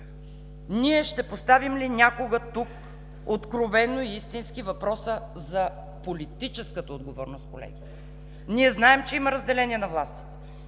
ние ще поставим ли някога тук откровено и истински въпроса за политическата отговорност, колеги? Ние знаем, че има разделение на властите